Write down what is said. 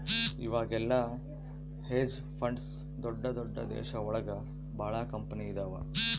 ಇವಾಗೆಲ್ಲ hedge funds ದೊಡ್ದ ದೊಡ್ದ ದೇಶ ಒಳಗ ಭಾಳ ಕಂಪನಿ ಇದಾವ